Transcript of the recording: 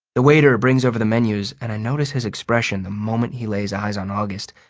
the waiter brings over the menus and i notice his expression the moment he lays eyes on august.